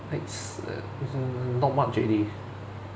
next err not much already